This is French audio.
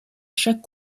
chaque